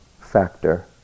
factor